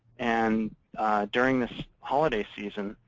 and during this holiday season,